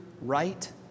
right